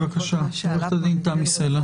עורכת דין תמי סלע,